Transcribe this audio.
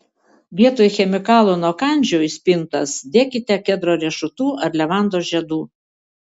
vietoj chemikalų nuo kandžių į spintas dėkite kedro riešutų ar levandos žiedų